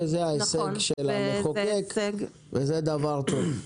זה ההישג של המחוקק וזה דבר טוב.